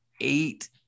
eight